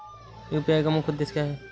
UPI का मुख्य उद्देश्य क्या है?